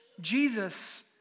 Jesus